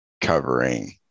covering